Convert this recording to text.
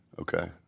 Okay